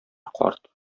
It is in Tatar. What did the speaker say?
карт